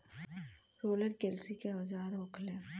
roller किरसी के औजार होखेला